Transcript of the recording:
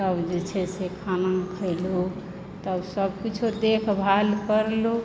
तब जे छै से खाना खेलहुॅं तब सभकिछो देख भाल करलहुॅं